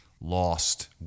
Lost